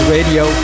Radio